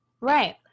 right